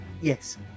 yes